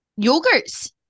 yogurts